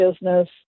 business